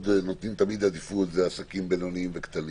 נותנים לו תמיד עדיפות זה עסקים בינוניים וקטנים